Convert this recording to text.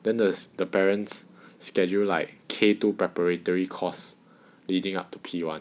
then there's the parents schedule like K two preparatory course leading up to P one